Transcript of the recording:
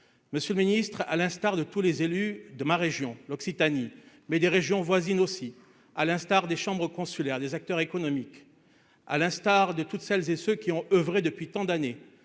monsieur le ministre, à l'instar de tous les élus de ma région l'Occitanie, mais des régions voisines aussi, à l'instar des chambres consulaires, des acteurs économiques, à l'instar de toutes celles et ceux qui ont oeuvré depuis tant d'années